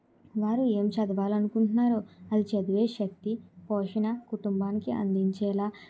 వారు ఏమి చదవాలి అనుకుంటున్నారో అది చదివే శక్తి పోషణ కుటుంబానికి అందించేలా